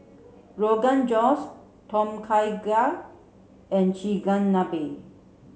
Rogan Josh Tom Kha Gai and Chigenabe